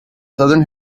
southern